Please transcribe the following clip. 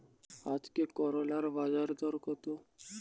আজকে করলার বাজারদর কত?